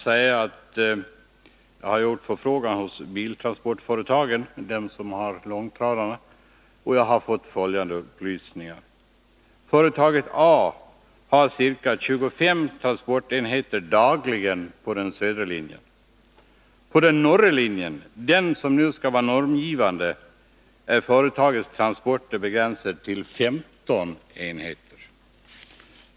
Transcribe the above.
Jag har gjort en förfrågan hos biltransportföretagen som äger långtradarna, och jag har fått följande upplysningar: Företag A har ca 25 transportenheter dagligen på den södra linjen. På den norra linjen, som nu skall vara normgivande, är företagets transporter begränsade till 15 enheter.